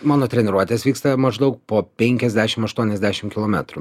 mano treniruotės vyksta maždaug po penkiasdešim aštuoniasdešim kilometrų